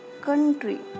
country